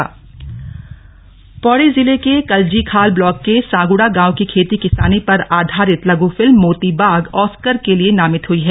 लघु फिल्म मोतीबाग पौड़ी जिले के कल्जीखाल ब्लॉक के सांग्ड़ा गांव की खेती किसानी पर आधारित लघ् फिल्म मोतीबाग ऑस्कर के लिए नामित हुई है